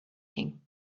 king